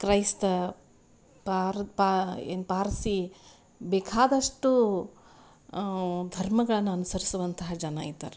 ಕ್ರೈಸ್ತ ಪಾರ್ ಪಾ ಏನು ಪಾರ್ಸಿ ಬೇಕಾದಷ್ಟೂ ಧರ್ಮಗಳನ್ನು ಅನ್ಸರಿಸುವಂತಹ ಜನ ಇದ್ದಾರೆ